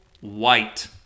White